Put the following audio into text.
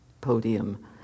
podium